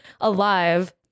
alive